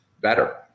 better